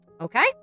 Okay